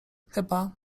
chyba